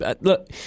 Look